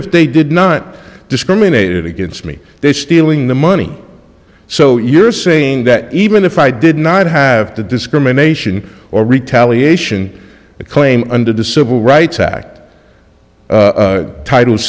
if they did not discriminated against me they're stealing the money so you're saying that even if i did not have to discrimination or retaliation a claim under the civil rights act title